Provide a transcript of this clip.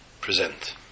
present